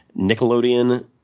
Nickelodeon